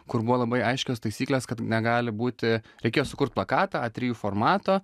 kur buvo labai aiškios taisyklės kad negali būti reikėjo sukurt plakatą a trijų formato